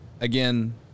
again